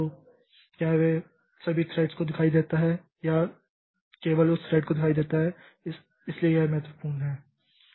तो क्या यह सभी थ्रेड्स को दिखाई देता है या यह केवल उस थ्रेड को दिखाई देता है इसलिए यह महत्वपूर्ण है